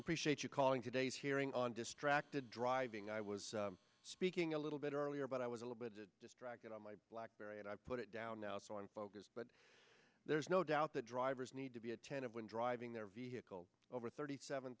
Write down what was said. appreciate you calling today's hearing on distracted driving i was speaking a little bit earlier but i was a little bit distracted on my blackberry and i put it down now so i'm focused but there's no doubt that drivers need to be attentive when driving their vehicles over thirty seven